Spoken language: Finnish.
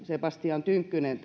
sebastian tynkkynen